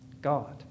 God